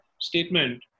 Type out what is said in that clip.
statement